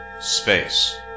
Space